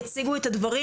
יציגו את הדברים,